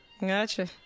Gotcha